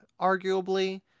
arguably